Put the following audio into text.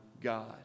God